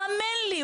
האמן לי,